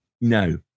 no